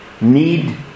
Need